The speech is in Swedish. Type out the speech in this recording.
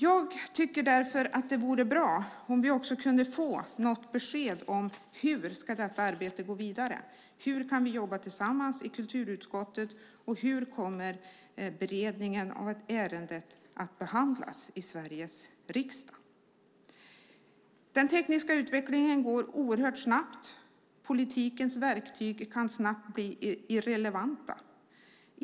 Jag tycker därför att det vore bra om vi också kunde få ett besked om hur detta arbete ska gå vidare, hur vi kan jobba tillsammans i kulturutskottet och hur beredningen av ärendet kommer att ske i Sveriges riksdag. Den tekniska utvecklingen går oerhört snabbt. Politikens verktyg kan snabbt bli irrelevanta.